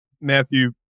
Matthew